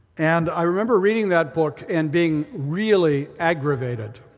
and i remember reading that book and being really aggravated,